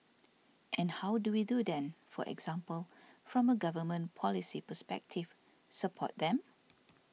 and how do we then for example from a government policy perspective support them